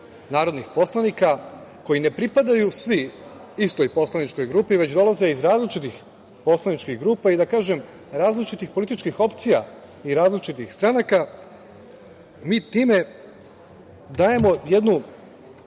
narodnih poslanika koji ne pripadaju svi istoj poslaničkoj grupi, već dolaze iz različitih poslaničkih grupa i da kažem različitih političkih opcija i različitih stranaka, mi time dajemo jednu